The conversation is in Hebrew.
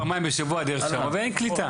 פעמיים בשבוע דרך שם ואין קליטה.